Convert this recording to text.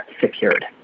secured